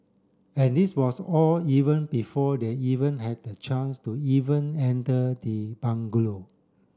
and this was all even before they even had a chance to even enter the bungalow